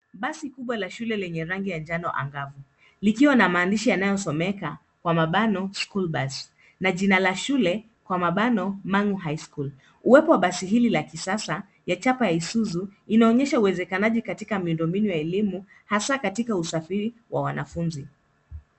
Basi kubwa la shule lenye rangi la njano angavu likiwa na maandishi yanayosomeka school bus na jina la shule Mang'u High School. Uwepo wa basi hili la kisasa ya chapa ya Isuzu inaonyesha uwezekanaji katika miundo mbinu ya elimu hasa katika usafiri wa wanafunzi.